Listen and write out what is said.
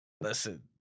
Listen